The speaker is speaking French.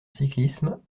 cyclisme